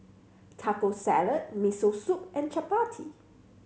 Taco Salad Miso Soup and Chapati